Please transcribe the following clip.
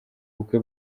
bukwe